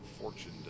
fortune